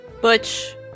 Butch